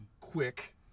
quick